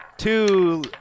Two